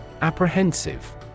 Apprehensive